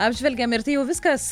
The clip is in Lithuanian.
apžvelgėm ir tai jau viskas